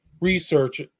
research